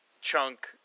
Chunk